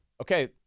Okay